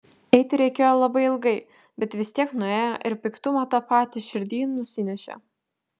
eiti reikėjo labai ilgai bet vis tiek nuėjo ir piktumą tą patį širdyj nusinešė